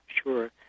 Sure